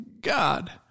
God